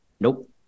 Nope